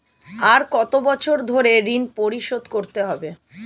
আর কত বছর ধরে ঋণ পরিশোধ করতে হবে?